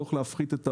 הצורך להפחית את העול.